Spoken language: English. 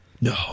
no